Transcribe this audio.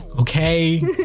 okay